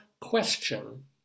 question